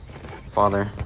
Father